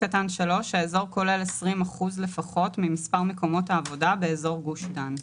"(3)האזור כולל 20% לפחות ממספר מקומות העבודה באזור גוש דן."